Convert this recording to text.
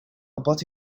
but